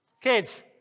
Kids